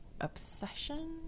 obsession